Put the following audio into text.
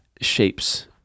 Shapes